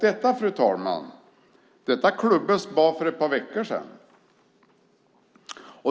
Detta klubbades bara för ett par veckor sedan.